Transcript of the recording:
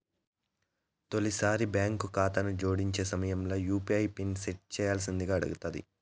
తొలిసారి బాంకు కాతాను జోడించే సమయంల యూ.పీ.ఐ పిన్ సెట్ చేయ్యాల్సిందింగా అడగతాది